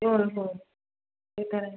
होय हो ते तर आहे